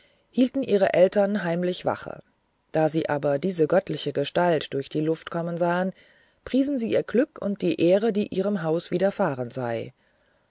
hielten ihre eltern heimlich wache da sie aber diese göttliche gestalt durch die luft kommen sahen priesen sie ihr glück und die ehre die ihrem hause widerfahren sei